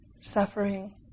suffering